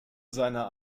seiner